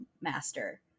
master